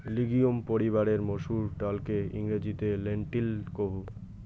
legume পরিবারের মসুর ডালকে ইংরেজিতে লেন্টিল কুহ